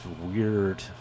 weird